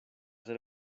ser